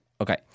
okay